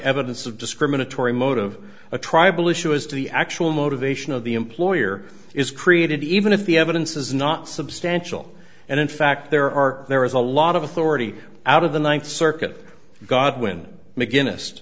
evidence of discriminatory motive a tribal issue as to the actual motivation of the employer is created even if the evidence is not substantial and in fact there are there is a lot of authority out of the ninth circuit godwin mcgines